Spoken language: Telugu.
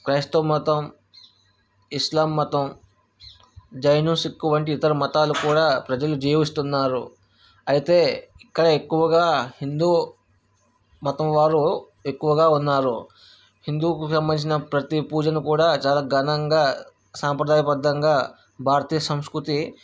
క్రైస్తవ మతం ఇస్లాం మతం జైను సిక్కు వంటి ఇతర మతాలు కూడా ప్రజలు జీవిస్తున్నారు అయితే ఇక్కడ ఎక్కువగా హిందూ మతం వారు ఎక్కువగా ఉన్నారు హిందువులకు సంబంధించిన ప్రతీ పూజను కూడా చాలా ఘనంగా సంప్రదాయబద్ధంగా భారతీయ సంస్కృతి